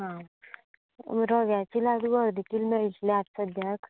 आं रव्याचे लाडू अर्द किल मेळटले आता सध्याक